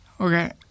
Okay